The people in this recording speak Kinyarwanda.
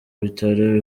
bitaro